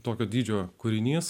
tokio dydžio kūrinys